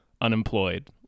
unemployed